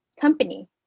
company